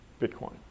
Bitcoin